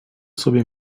sobie